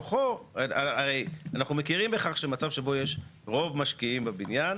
הרי אנחנו מכירים בכך שמצב שבו יש רוב משקיעים בבניין,